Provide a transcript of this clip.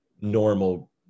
normal